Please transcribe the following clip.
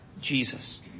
Jesus